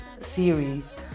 series